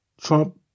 Trump